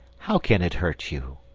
how can it hurt you?